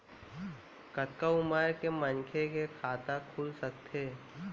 कतका उमर के मनखे के खाता खुल सकथे?